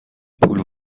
پول